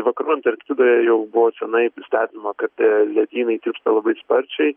vakarų antarktidoje jau buvo seniai stebima kad ledynai tirpsta labai sparčiai